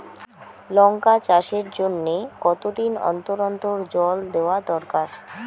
লঙ্কা চাষের জন্যে কতদিন অন্তর অন্তর জল দেওয়া দরকার?